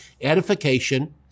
edification